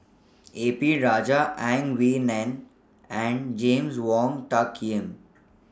A P Rajah Ang Wei Neng and James Wong Tuck Yim